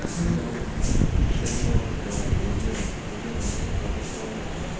কোনো বেংকের online website বা অপ্লিকেশনে গিয়ে আমরা মোদের ব্যালান্স চেক করি পারতেছি